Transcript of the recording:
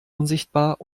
unsichtbar